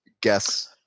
guess